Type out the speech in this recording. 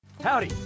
Howdy